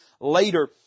later